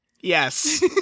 Yes